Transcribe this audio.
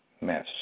mess